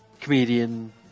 comedian